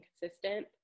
consistent